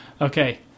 Okay